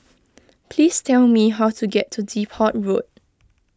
please tell me how to get to Depot Road